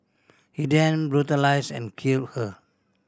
he then brutalised and killed her